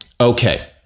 Okay